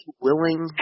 willing